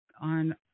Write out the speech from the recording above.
on